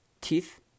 Teeth